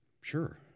Sure